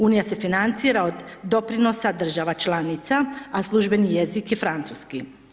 Unija se financira od doprinosa država članica a službeni jezik je francuski.